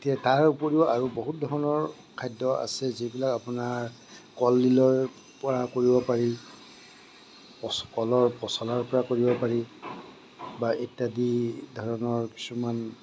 এতিয়া তাৰ উপৰিও আৰু বহুত ধৰণৰ খাদ্য় আছে যিবিলাক আপোনাৰ কলডিলৰপৰা কৰিব পাৰি পচ কলৰ পচলাৰপৰা কৰিব পাৰি বা ইত্য়াদি ধৰণৰ কিছুমান